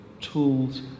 tools